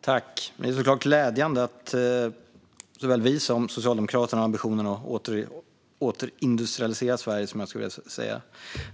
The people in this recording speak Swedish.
Fru talman! Det är såklart glädjande att såväl vi som Socialdemokraterna har ambitionen att återindustrialisera Sverige, som jag skulle vilja säga